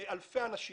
לאלפי אנשים.